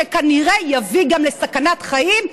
שכנראה יביא גם לסכנת חיים,